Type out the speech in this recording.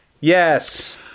Yes